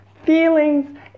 Feelings